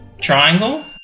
triangle